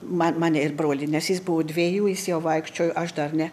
ma mane ir brolį nes jis buvo dvejų jis jau vaikščiojo aš dar ne